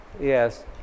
Yes